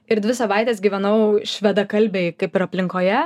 ir dvi savaites gyvenau švedakalbėj kaip ir aplinkoje